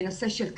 בנושא של כוויות.